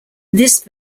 this